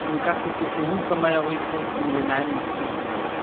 हुनकासँ किछु एहन समय अबैत छै कि मिलनाइ मुश्किल हो जाइत छै